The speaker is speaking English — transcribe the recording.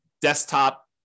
desktop